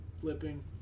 Flipping